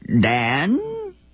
Dan